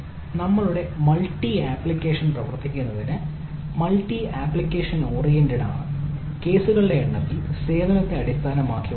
നമ്മളുടെ multi application ആണ് കേസുകളുടെ എണ്ണത്തിൽ സേവനത്തെ അടിസ്ഥാനമാക്കിയുള്ളതല്ല